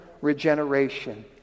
regeneration